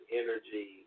energy